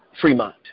Fremont